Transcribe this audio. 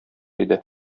иде